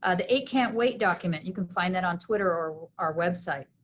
ah the eight can't wait document, you can find that on twitter or our website.